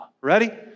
Ready